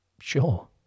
Sure